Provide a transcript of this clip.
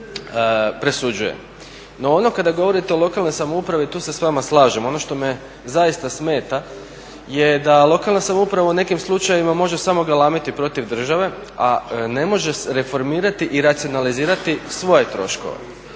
No, ono kada govorite o lokalnoj samoupravi tu se s vama slažem, ono što me zaista smeta je da lokalna samouprava u nekim slučajevima može samo galamiti protiv države a ne može reformirati i racionalizirati svoje troškove.